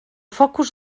focus